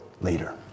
later